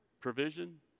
Provision